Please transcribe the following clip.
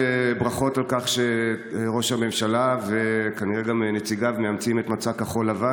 ברכות על כך שראש הממשלה וכנראה גם נציגיו מאמצים את מצע כחול לבן.